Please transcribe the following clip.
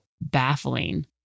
baffling